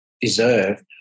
deserve